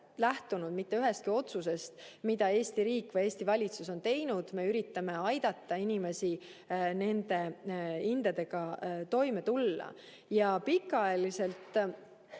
mitte ühestki otsusest, mida Eesti riik või Eesti valitsus on teinud. Me üritame aidata inimestel nende hindadega toime tulla. Pikaajaliselt